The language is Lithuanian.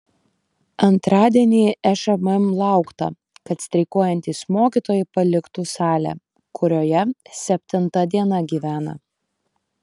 antradienį šmm laukta kad streikuojantys mokytojai paliktų salę kurioje septinta diena gyvena